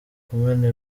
kumena